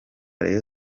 rayon